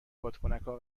بادکنکا